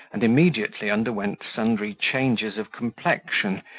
and immediately underwent sundry changes of complexion,